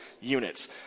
units